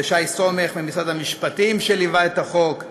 לשי סומך ממשרד המשפטים שליווה את החוק,